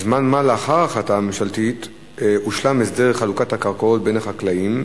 זמן מה לאחר ההחלטה הממשלתית הושלם הסדר חלוקת הקרקעות בין החקלאים,